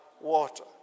water